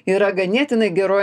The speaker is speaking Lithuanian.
yra ganėtinai geroj